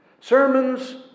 Sermons